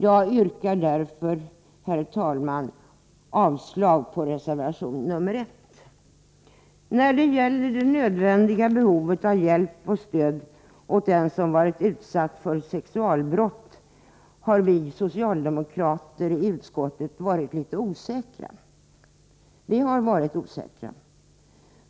Jag yrkar därför, herr talman, avslag på reservation nr 1. När det gäller det nödvändiga behovet av hjälp och stöd åt den som varit utsatt för sexualbrott har vi socialdemokrater i utskottet varit litet osäkra.